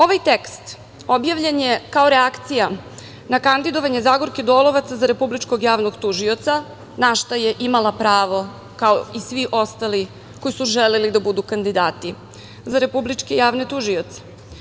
Ovaj tekst objavljen je kao reakcija na kandidovanje Zagorke Dolovac za republičkog javnog tužioca, na šta je imala pravo, kao i svi ostali koji su želeli da budu kandidati za republičke javne tužioce.